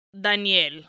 Daniel